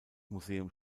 museum